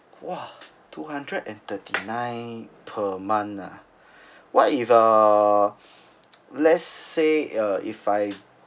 !wah! two hundred and thirty-nine per month ah what if err let's say uh if I